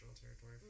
territory